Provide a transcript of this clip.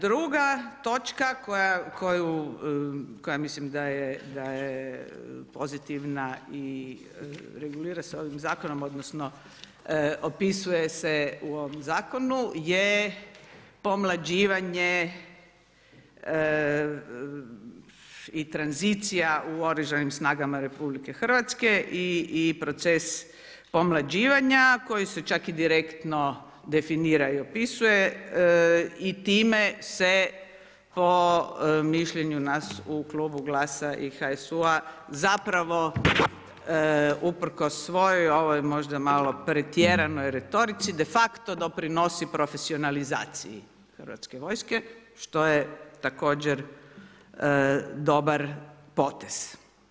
Druga točka koja mislim da je pozitivna i regulira se ovim zakonom odnosno opisuje se u ovom zakonu je pomlađivanje i tranzicija u OS-u RH i proces pomlađivanja koji se čak i direktno definira i opisuje i time se po mišljenju nas u klubu GLAS-a i HSU-a zapravo usprkos svoj ovoj možda malo pretjeranoj retorici, de facto doprinosi profesionalizaciji hrvatske vojske što je također dobar potez.